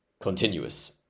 continuous